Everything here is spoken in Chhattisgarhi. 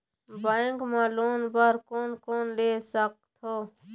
बैंक मा लोन बर कोन कोन ले सकथों?